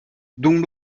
dum